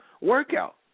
workout